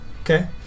Okay